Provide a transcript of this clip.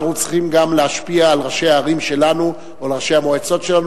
אנחנו צריכים גם להשפיע על ראשי הערים שלנו או על ראשי המועצות שלנו,